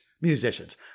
musicians